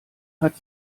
hat